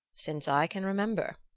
since i can remember.